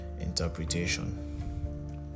interpretation